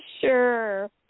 Sure